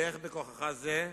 לך בכוחך זה,